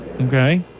Okay